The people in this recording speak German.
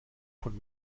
von